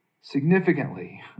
significantly